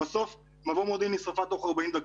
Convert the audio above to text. בסוף מבוא מודיעין נשרפה בתוך 40 דקות.